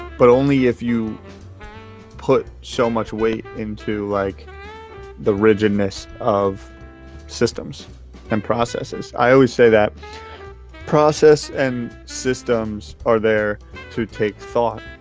but only if you put so much weight into like the rigidness of systems and processes. i always say that process and systems are there to take thoughts